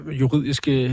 juridiske